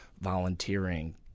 volunteering